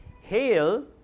Hail